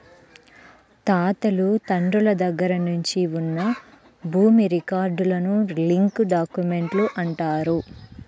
తాతలు తండ్రుల దగ్గర నుంచి ఉన్న భూమి రికార్డులను లింక్ డాక్యుమెంట్లు అంటారు